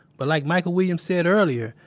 but like michael williams said earlier,